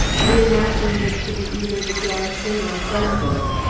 we imagined it to be either the garrison or a gunboat.